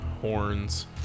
horns